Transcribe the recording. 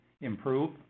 improve